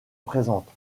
présente